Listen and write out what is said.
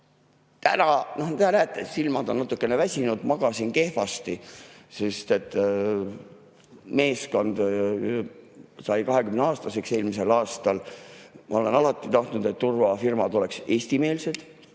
täna, nagu te näete, silmad on natukene väsinud, magasin kehvasti. Meeskond sai 20‑aastaseks eelmisel aastal. Ma olen alati tahtnud, et turvafirmad oleksid eestimeelsed